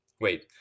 Wait